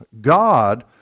God